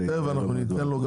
תכף ניתן לו.